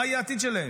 מה יהיה העתיד שלהם?